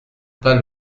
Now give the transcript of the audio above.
pas